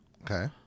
Okay